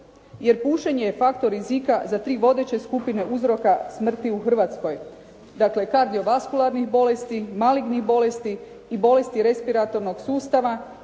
jer pušenje je faktor rizika za tri vodeće skupine uzroka smrti u Hrvatskoj. Dakle kardiovaskularnih bolesti, malignih bolesti i bolesti respiratornog sustava